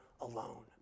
alone